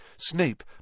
Snape